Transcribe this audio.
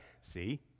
See